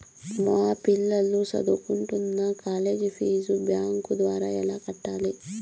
మా పిల్లలు సదువుకుంటున్న కాలేజీ ఫీజు బ్యాంకు ద్వారా ఎలా కట్టాలి?